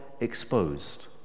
exposed